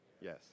Yes